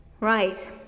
Right